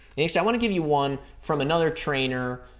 least i want to give you one from another trainer.